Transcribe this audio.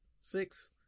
six